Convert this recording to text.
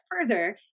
further